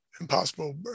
impossible